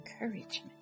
encouragement